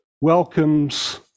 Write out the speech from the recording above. welcomes